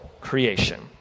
creation